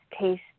taste